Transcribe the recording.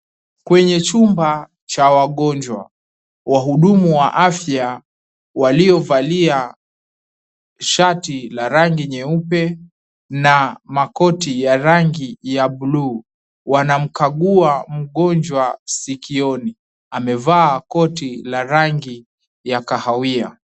Kwenye chumba cha wagonjwa wahudumu wa afya waliovali shati la rangi nyeupe na makoti ya rangi ya bluu wanamkagua mgonjwa sikioni amevaa koti la rangi ya kahawia.